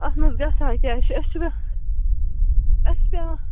اَتھ منٛز گژھان کیٛاہ چھِ أسۍ چھِنا اَسہِ چھِ پٮ۪وان